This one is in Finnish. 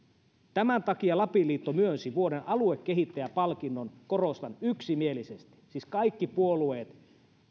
tämän takia lapin liitto myönsi sille vuoden aluekehittäjä palkinnon korostan yksimielisesti siis kaikki puolueet